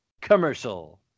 Commercial